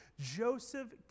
Joseph